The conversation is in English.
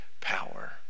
power